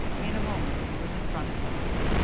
in a moment he was in front of them all.